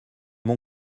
mon